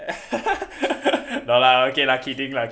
no lah okay lah kidding lah